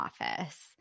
office